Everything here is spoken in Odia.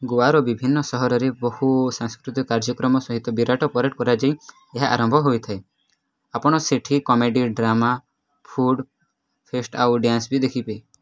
ଗୋଆର ବିଭିନ୍ନ ସହରରେ ବହୁ ସାଂସ୍କୃତିକ କାର୍ଯ୍ୟକ୍ରମ ସହିତ ବିରାଟ ପରେଡ଼୍ କରାଯାଇ ଏହା ଆରମ୍ଭ ହେଇଥାଏ ଆପଣ ସେଇଠି କମେଡ଼ି ଡ୍ରାମା ଫୁଡ଼୍ ଫେଷ୍ଟ୍ ଆଉ ଡ୍ୟାନ୍ସ ବି ଦେଖିବେ